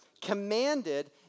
commanded